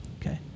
Okay